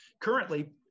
Currently